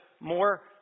more